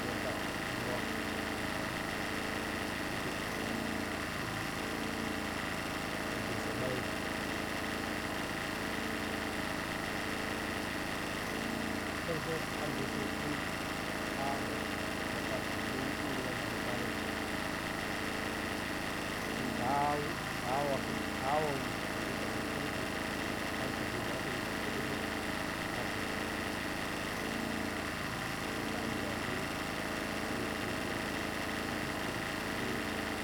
Mya sa muura bə tam tikɨs bə tam a sobingɨn bəgəsə ɓayo səngɨn sə agə sə hɨn a haa matshi movasashi ndyeyi ‘ye na maɗəkaa rən hɨn ta tatawa tawa mwi nagi ka nzə orətə, hina kpap tɨfe naasə hina koɗəsə ka ma pupuluk hɨn, hɨn ka niyo a now, hye te mwo tikɨstə, hye